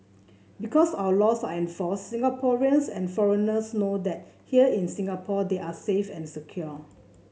because our laws are enforced Singaporeans and foreigners know that here in Singapore they are safe and secure